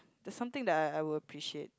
there's something that I I will appreciate